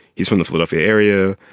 he's from the philadelphia area.